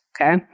okay